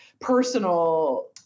personal